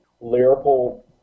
lyrical